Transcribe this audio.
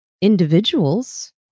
individuals